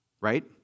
Right